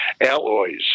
alloys